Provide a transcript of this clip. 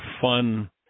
fun